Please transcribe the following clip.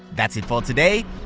that's it for today,